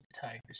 Tigers